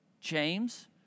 James